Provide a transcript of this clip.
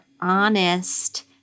honest